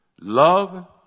Love